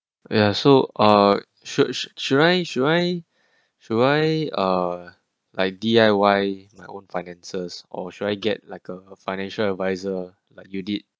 ya so uh should should I should I should I uh like D_I_Y my own finances or should I get like a financial adviser like you did